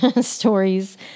stories